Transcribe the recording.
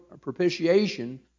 propitiation